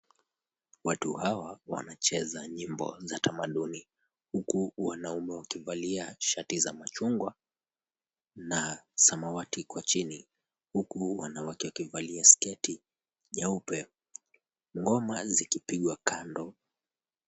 Watu hawa wanacheza nyimbo za tamaduni. Huku wanaume wakivalia shati za machungwa na samawati kwa chini, huku wanawake wakivalia sketi jeupe, ngoma zikipigwa kando.